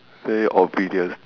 very oblivious